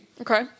Okay